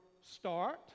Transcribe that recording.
start